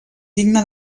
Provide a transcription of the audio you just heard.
digne